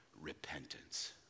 repentance